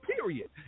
period